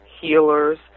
healers